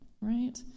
right